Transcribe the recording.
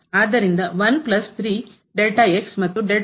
ಆದ್ದರಿಂದ ಮತ್ತು